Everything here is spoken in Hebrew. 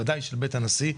בוודאי של בית הנשיא,